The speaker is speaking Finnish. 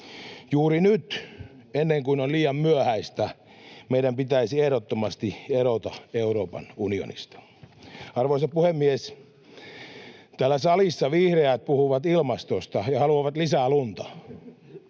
Juuri nyt, ennen kuin on liian myöhäistä, meidän pitäisi ehdottomasti erota Euroopan unionista. Arvoisa puhemies! Täällä salissa vihreät puhuvat ilmastosta ja haluavat lisää lunta,